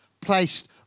placed